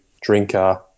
drinker